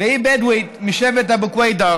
והיא בדואית משבט אבו קוידר